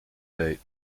date